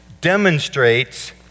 demonstrates